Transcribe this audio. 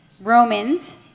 Romans